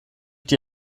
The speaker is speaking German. die